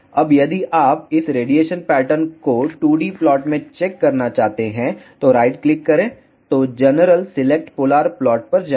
अब यदि आप इस रेडिएशन पैटर्न को 2D प्लॉट में चेक करना चाहते हैं तो राइट क्लिक करें तो जनरल सिलेक्ट पोलर प्लॉट पर जाएं